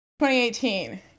2018